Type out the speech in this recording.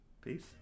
peace